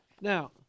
Now